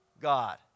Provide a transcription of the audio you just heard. God